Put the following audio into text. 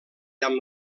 amb